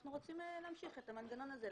אנחנו רוצים להמשיך את המנגנון הזה,